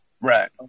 Right